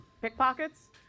pickpockets